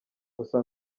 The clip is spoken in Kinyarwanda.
gusa